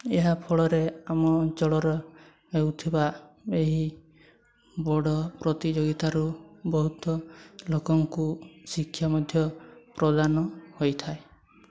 ଏହାଫଳରେ ଆମ ଅଞ୍ଚଳର ହେଉଥିବା ଏହି ବଡ଼ ପ୍ରତିଯୋଗିତାରୁ ବହୁତ ଲୋକଙ୍କୁ ଶିକ୍ଷା ମଧ୍ୟ ପ୍ରଦାନ ହୋଇଥାଏ